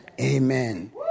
Amen